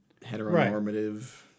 heteronormative